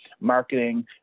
marketing